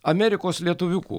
amerikos lietuviukų